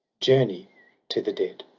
journey to the dead.